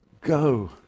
go